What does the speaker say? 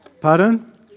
Pardon